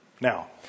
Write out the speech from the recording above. now